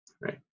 right